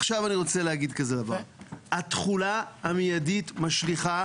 עכשיו אני רוצה להגיד כזה דבר: התחולה המיידית משליכה.